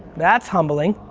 that's humbling,